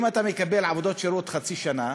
אם אתה מקבל עבודות שירות לחצי שנה,